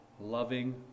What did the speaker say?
loving